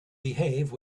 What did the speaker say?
behave